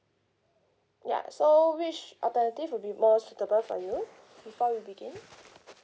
yeah so which alternative would be more suitable for you before we begin